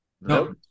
No